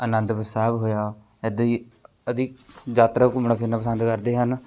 ਅਨੰਦਪੁਰ ਸਾਹਿਬ ਹੋਇਆ ਇੱਦਾਂ ਹੀ ਆਦਿ ਯਾਤਰਾ ਘੁੰਮਣਾ ਫਿਰਨਾ ਪਸੰਦ ਕਰਦੇ ਹਨ